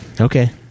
Okay